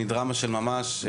מדרמה של ממש.